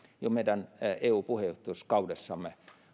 jo tässä meidän eu puheenjohtajuuskaudessamme